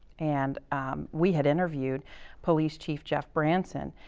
and we had interviewed police chief jeff branson,